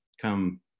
come